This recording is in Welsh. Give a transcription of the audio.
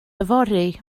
yfory